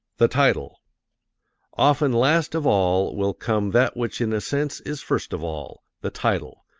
the title often last of all will come that which in a sense is first of all the title,